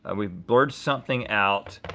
ah we've blurred something out,